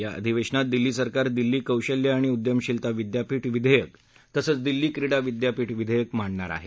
या अधिवेशनात दिल्ली सरकार दिल्ली कौशल्य आणि उद्यमशीलता विद्यापीठ विधेयक तसंच दिल्ली क्रीडा विद्यापीठ विधेयक मांडणार आहे